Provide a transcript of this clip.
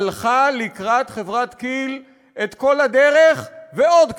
הלכה לקראת חברת כי"ל את כל הדרך, ועוד קצת.